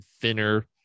thinner